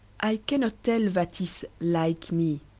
i cannot tell wat is like me